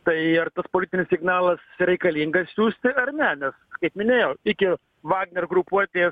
tai ar tas politinis signalas reikalingas siųsti ar ne nes kaip minėjau iki vagner grupuotės